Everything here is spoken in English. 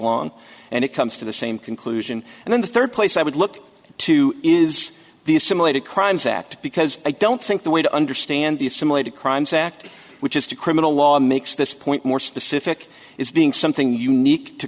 long and it comes to the same conclusion and then the third place i would look to is these simulated crimes that because i don't think the way to understand these simulated crimes act which is to criminal law makes this point more specific is being something unique to